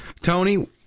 tony